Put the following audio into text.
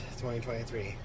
2023